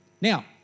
Now